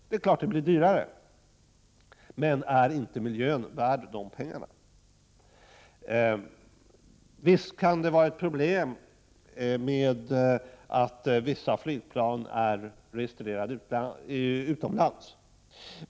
Det är klart att det blir dyrare, men är inte miljön värd de pengarna? Visst kan det vara ett problem att vissa flygplan är registrerade utomlands.